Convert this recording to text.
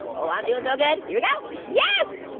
oh i'm doing so good, here we go! yes!